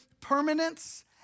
permanence